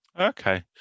okay